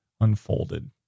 unfolded